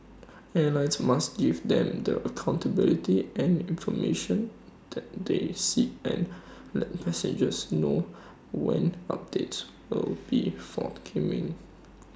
airlines must give them the accountability and information that they seek and let passengers know when updates will be forthcoming